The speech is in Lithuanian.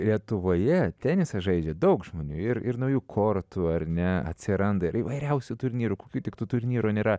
lietuvoje tenisą žaidžia daug žmonių ir ir naujų kortų ar ne atsiranda ir įvairiausių turnyrų kokių tik tų turnyrų nėra